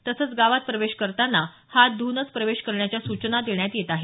तसेच गावात प्रवेश करतांना हात ध्ऊनच प्रवेश करण्याच्या सूचना देण्यात येत आहे